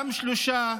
גם שלושה: